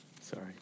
Sorry